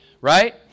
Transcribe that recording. right